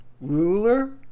ruler